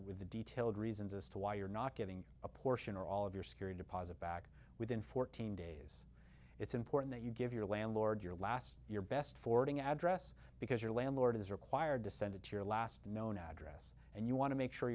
with a detailed reasons as to why you're not getting a portion or all of your security deposit back within fourteen days it's important that you give your landlord your last your best forwarding address because your landlord is required to send it to your last known address and you want to make sure